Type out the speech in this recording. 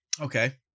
Okay